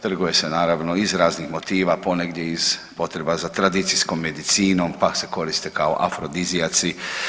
Trguje se naravno iz raznih motiva, ponegdje iz potreba za tradicijskom medicinom, pa se koriste kao afrodizijaci.